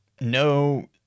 no